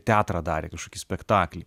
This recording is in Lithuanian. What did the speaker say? teatrą darė kažkokį spektaklį